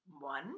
One